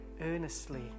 earnestly